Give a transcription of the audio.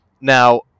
Now